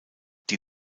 die